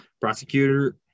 prosecutor